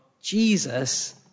Jesus